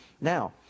Now